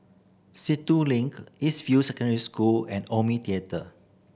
Sentul Link East View Secondary School and Omni Theatre